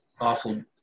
awful